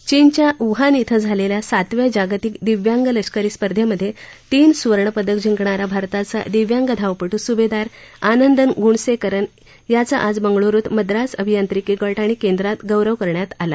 चीनच्या वुहान इथं झालेल्या सातव्या जागतिक दिव्यांग लष्करी स्पर्धांमध्ये तीन सुवर्णपदकं जिंकणारा भारताचा दिव्यांग धावपटू सुभेदार आनंदन गुणसेकरन याचा आज बंगळुरुत मद्रास अभियांत्रिकी गट आणि केंद्रात गौरव करण्यात आला